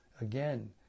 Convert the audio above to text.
again